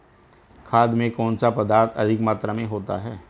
खाद में कौन सा पदार्थ अधिक मात्रा में होता है?